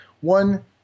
one